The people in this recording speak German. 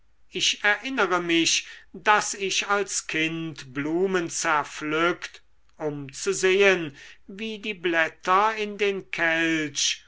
ich erinnere mich daß ich als kind blumen zerpflückt um zu sehen wie die blätter in den kelch